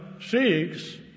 Seeks